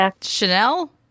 Chanel